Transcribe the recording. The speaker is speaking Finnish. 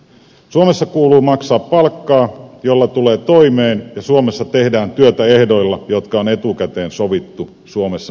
suomessa kuuluu maksaa palkkaa jolla tulee toimeen ja suomessa tehdään työtä ehdoilla jotka on etukäteen sovittu suomessa noudatettaviksi